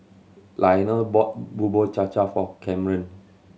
Lionel bought Bubur Cha Cha for Camren